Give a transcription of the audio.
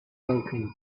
broken